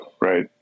right